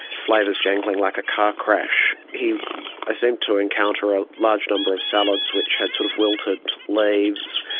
flavours jangling like a car crash. he ah seemed to encounter a large number of salads which had sort of wilted leaves.